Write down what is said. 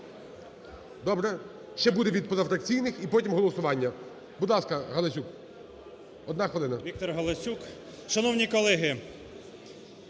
Добре. Ще буде від позафракційних і потім голосування. Будь ласка, Галасюк. Одна хвилина. 17:14:31 ГАЛАСЮК В.В. Віктор Галасюк. Шановні колеги,